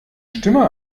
stimme